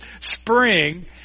spring